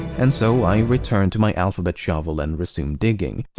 and so, i returned to my alphabet shovel and resumed digging.